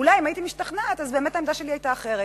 אולי אם הייתי משתכנעת, באמת העמדה שלי היתה אחרת.